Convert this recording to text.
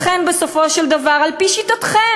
לכן, בסופו של דבר, על-פי שיטתכם,